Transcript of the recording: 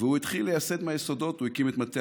הוא התחיל לייסד מהיסודות: הוא הקים את מטה